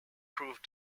proved